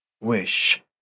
wish